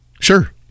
Sure